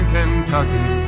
Kentucky